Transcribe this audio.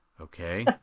okay